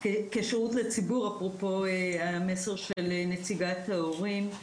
כשירות לציבור, אפרופו למסר של נציגת ההורים.